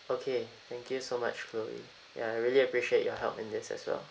okay thank you so much chloe ya I really appreciate your help in this as well